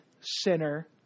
sinner